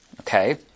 Okay